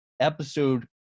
episode